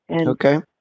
Okay